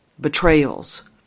betrayals